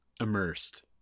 Immersed